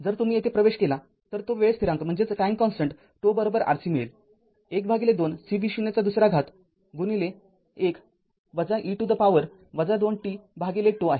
जर तुम्ही येथे प्रवेश केला तर तो वेळ स्थिरांक ζ RC मिळेल १२ C v0 २ १ e to the power २ tζआहे